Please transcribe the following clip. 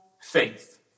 faith